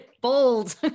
bold